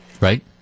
right